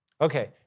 Okay